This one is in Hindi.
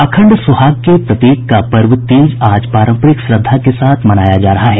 अखंड सुहाग के प्रतीक का पर्व तीज आज पारंपरिक श्रद्धा के साथ मनाया जा रहा है